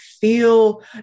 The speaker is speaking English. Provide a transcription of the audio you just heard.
feel